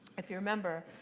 if you remember,